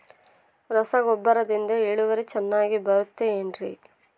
ರಸಗೊಬ್ಬರದಿಂದ ಇಳುವರಿ ಚೆನ್ನಾಗಿ ಬರುತ್ತೆ ಏನ್ರಿ?